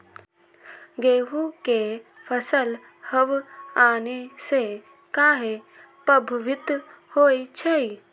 गेंहू के फसल हव आने से काहे पभवित होई छई?